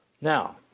Now